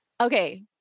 okay